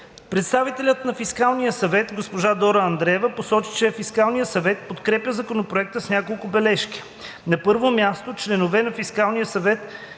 Представителят на Фискалния съвет госпожа Дора Андреева посочи, че Фискалният съвет подкрепя Законопроекта с няколко забележки. На първо място, членовете на Фискалния съвет